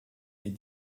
les